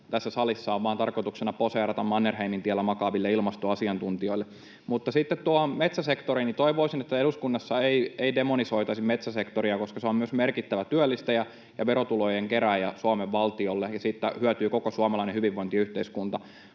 tässä salissa on vain tarkoituksena poseerata Mannerheimintiellä makaaville ilmastoasiantuntijoille. Mutta sitten tuo metsäsektori: Toivoisin, että eduskunnassa ei demonisoitaisi metsäsektoria, koska se on myös merkittävä työllistäjä ja verotulojen kerääjä Suomen valtiolle, ja siitä hyötyy koko suomalainen hyvinvointiyhteiskunta.